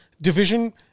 Division